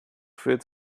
fit